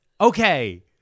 okay